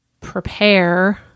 prepare